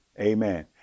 Amen